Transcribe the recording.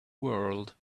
world